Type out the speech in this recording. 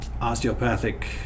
Osteopathic